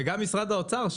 וגם משרד האוצר,